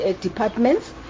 departments